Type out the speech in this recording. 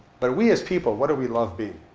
but we, as people, what do we love being?